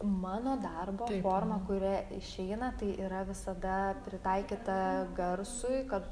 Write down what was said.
mano darbo forma kuria išeina tai yra visada pritaikyta garsui kad